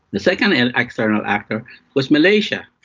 the second and external actor was malaysia.